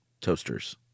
toasters